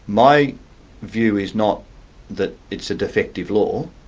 my view is not that it's a defective law,